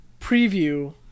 preview